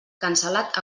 cancel·lat